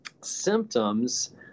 symptoms